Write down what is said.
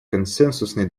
консенсусный